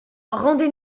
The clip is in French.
rendez